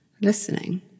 listening